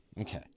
okay